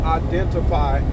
identify